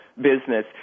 business